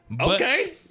Okay